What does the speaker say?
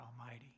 Almighty